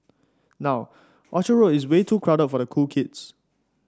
now Orchard Road is way too crowded for the cool kids